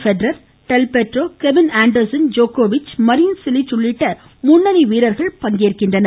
Federer Del Potro Kevin Anderson ஜோகோவிச் Marin Cilic உள்ளிட்ட முன்னணி வீரர்கள் பங்கேற்கின்றனர்